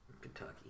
Kentucky